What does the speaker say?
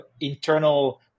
internal